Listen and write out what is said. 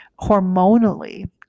hormonally